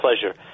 pleasure